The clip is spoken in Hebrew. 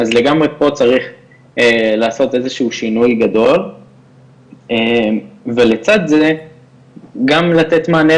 אז גם פה צריך לעשות איזשהו שינוי גדול ולצד זה גם לתת מענה